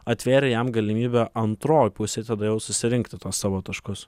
atvėrė jam galimybę antroj pusėj tada jau susirinkti tuos savo taškus